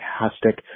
fantastic